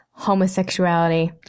homosexuality